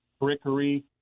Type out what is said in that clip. brickery